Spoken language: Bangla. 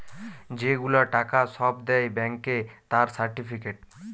যে গুলা টাকা সব দেয় ব্যাংকে তার সার্টিফিকেট